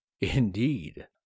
indeed